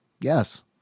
Yes